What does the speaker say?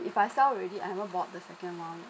if I sell already I haven't bought the second one